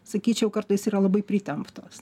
sakyčiau kartais yra labai pritemptos